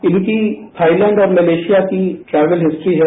इनकी थाइलैंड और मलेशिया की ट्रैवल हिस्ट्री है